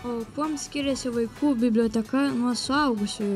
o kuom skiriasi vaikų biblioteka nuo suaugusiųjų